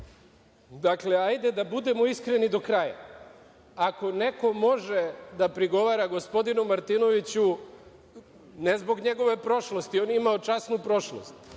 sekundi. Hajde da budemo iskreni do kraja. Ako neko može da prigovara gospodinu Martinoviću ne zbog njegove prošlosti, on je imao časnu prošlost,